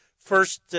First